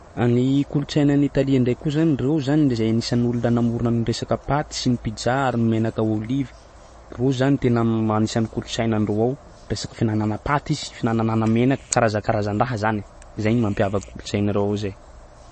Any kolotsainan'ny Italia ndraiky ko zany reo zany zay anisanolona namorona ny resaka paty sy ny pizza ny menaka olive ro zany no tena man-anisany kolotsaina ndro ao resaky finanagna paty sy finanana menaka karaza karazan-draha zany zaigny mampiavaka kolotsaina nireo ao zay